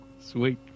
Sweet